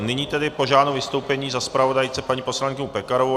Nyní tedy požádám o vystoupení za zpravodajku paní poslankyni Pekarovou.